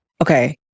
Okay